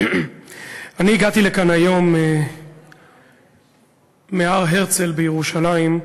אני הגעתי לכאן היום מהר-הרצל בירושלים,